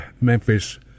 Memphis